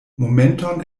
momenton